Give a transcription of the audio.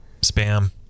spam